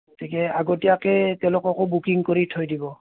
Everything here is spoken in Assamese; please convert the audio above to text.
গতিকে আগতীয়াকৈ তেওঁলোককো বুকিং কৰি থৈ দিব